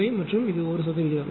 5 மற்றும் 1 சதவிகிதம்